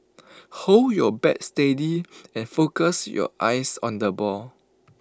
hold your bat steady and focus your eyes on the ball